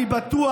אני בטוח,